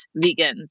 vegans